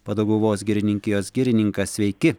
padauguvos girininkijos girininkas sveiki